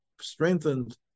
strengthened